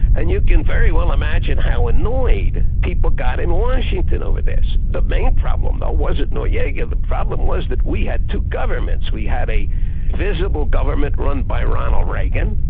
and you can very well imagine how annoyed people got in washington over this. the main problem though wasn't noriega, the problem was that we had two governments we had a visible government run by ronald reagan,